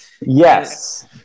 Yes